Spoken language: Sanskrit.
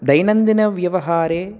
दैनन्दिनव्यवहारे